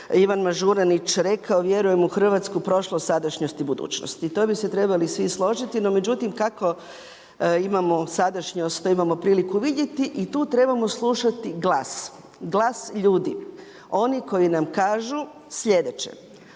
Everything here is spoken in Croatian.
Ivan Mažuranić rekao „Vjerujem u Hrvatsku, u prošlosti, sadašnjosti i budućnosti.“, To bise trebalo svi složiti, no međutim kako imamo sadašnjost, a priliku vidjeti i tu trebamo slušati glas, glas ljudi. Oni koji nam kažu slijedeće.